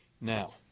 Now